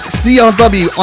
crw